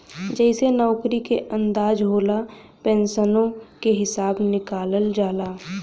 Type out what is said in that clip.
जइसे नउकरी क अंदाज होला, पेन्सनो के हिसब निकालल जाला